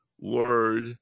word